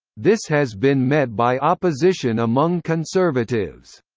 this has been met by opposition among conservatives.